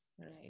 Right